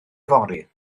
fory